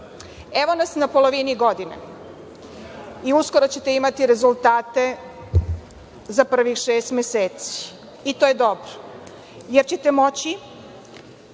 nas na polovini godine i uskoro ćete imati rezultate za prvih šest meseci, i to je dobro, jer ćete moći